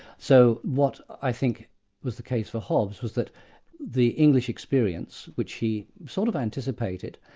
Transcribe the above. so what i think was the case for hobbes was that the english experience, which he sort of anticipated,